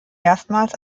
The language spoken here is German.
erstmals